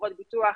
חברות ביטוח,